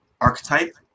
archetype